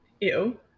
Ew